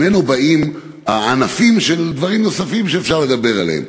ממנו באים הענפים של דברים נוספים שאפשר לדבר עליהם.